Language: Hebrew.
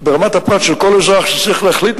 ברמת הפרט של כל אזרח שצריך להחליט,